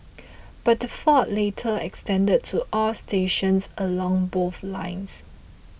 but the fault later extended to all stations along both lines